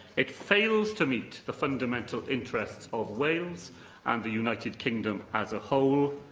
it fails to meet the fundamental interests of wales and the united kingdom as a whole,